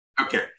Okay